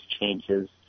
changes